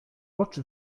oczy